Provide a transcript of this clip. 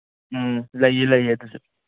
ꯎꯝ ꯂꯩꯌꯦ ꯂꯩꯌꯦ ꯑꯗꯨꯁꯨ